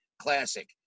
classic